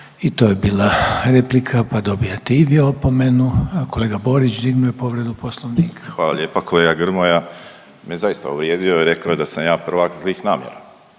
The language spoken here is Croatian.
I to je bila replika, pa dobivate i vi opomenu. Kolega Borić dignuo je povredu Poslovnika. **Borić, Josip (HDZ)** Hvala lijepa. Kolega Grmoja me zaista uvrijedio i rekao je da sam ja prvak zlih namjera.